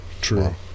true